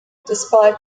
despite